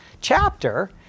chapter